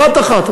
אחת-אחת.